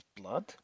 blood